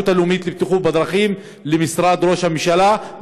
הלאומית לבטיחות בדרכים למשרד ראש הממשלה,